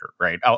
right